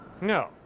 No